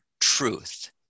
truth